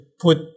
put